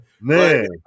Man